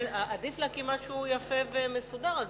עדיף להקים משהו יפה ומסודר.